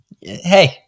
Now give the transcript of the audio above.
hey